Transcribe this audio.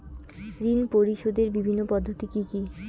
ঋণ পরিশোধের বিভিন্ন পদ্ধতি কি কি?